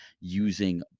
using